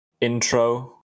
intro